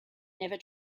never